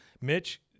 Mitch